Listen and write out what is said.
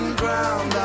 ground